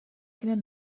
تیم